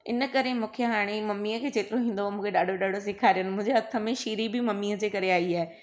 इन करे मूंखे हाणे ममीअ खे जेतिरो ईंदो हो मूंखे ॾाढो ॾाढो सिखारियनि मुंहिंजे हथु में शिरी बि ममीअ जे करे आई आहे